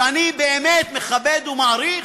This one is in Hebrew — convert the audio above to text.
שאני באמת מכבד ומעריך?